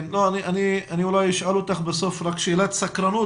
אני אולי אשאל אותך בסוף רק שאלת סקרנות